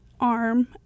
arm